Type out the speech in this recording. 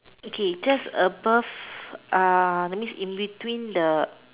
okay that's above that means in between the